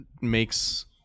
makes